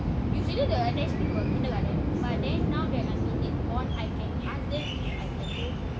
women